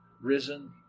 risen